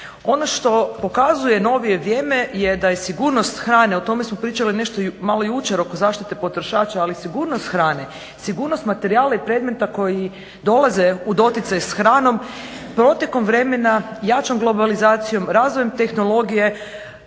Ono što pokazuje novije vrijeme je da je sigurnost hrane, o tome smo pričali nešto malo jučer oko zaštite potrošača ali sigurnost hrane, sigurnost materijala i predmeta koji dolaze u doticaj s hranom protekom vremena, jačom globalizacijom, razvojem tehnologije.